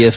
S